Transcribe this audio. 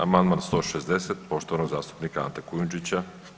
Amandman 160. poštovanog zastupnika Ante Kujundžića.